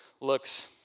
looks